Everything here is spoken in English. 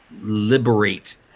liberate